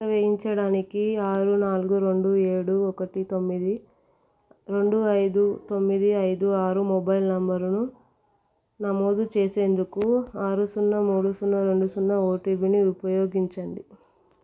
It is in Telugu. టీకా వేయించడానికి ఆరు నాలుగు రెండు ఏడు ఒకటి తొమ్మిది రెండు ఐదు తొమ్మిది ఐదు ఆరు మొబైల్ నంబరుని నమోదు చేసేందుకు ఆరు సున్నా మూడు సున్నా రెండు సున్నా ఓటీపీని ఉపయోగించండి